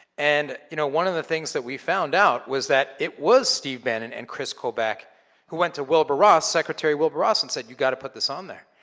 and you know one of the things that we found out was that it was steve bannon and kris kobach who went to wilbur ross, secretary wilbur ross, and said, you gotta put this on there.